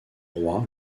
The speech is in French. roi